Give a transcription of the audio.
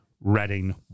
Reading